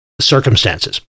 circumstances